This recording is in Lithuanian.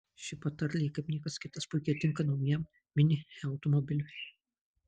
ši patarlė kaip niekas kitas puikiai tinka naujam mini e automobiliui